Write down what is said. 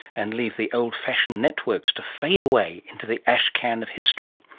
and leave the old fashion networks to fade away, into the ash can of history.